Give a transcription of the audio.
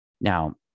Now